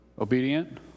Obedient